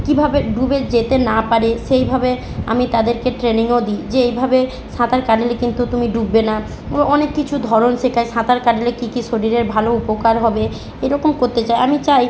কীভাবে ডুবে যেতে না পারে সেইভাবে আমি তাদেরকে ট্রেনিংও দিই যে এইভাবে সাঁতার কাটলে কিন্তু তুমি ডুববে না ও অনেক কিছু ধরন শেখাই সাঁতার কাটলে কী কী শরীরের ভালো উপকার হবে এরকম করতে চাই আমি চাই